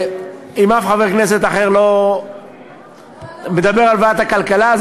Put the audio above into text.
אם אף חבר כנסת אחר לא מדבר על ועדת הכלכלה,